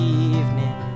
evening